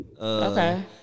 Okay